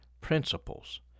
principles